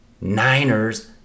Niners